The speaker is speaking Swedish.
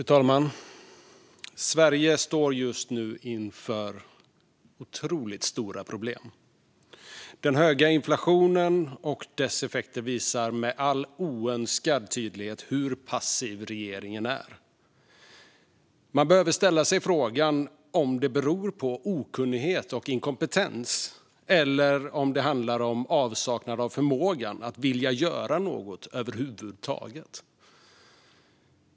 Fru talman! Sverige står just nu inför otroligt stora problem. Den höga inflationen och dess effekter visar med all oönskad tydlighet hur passiv regeringen är. Man behöver ställa sig frågan om det beror på okunnighet och inkompetens eller om det handlar om avsaknad av förmåga att vilja göra något över huvud taget.